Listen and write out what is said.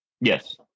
Yes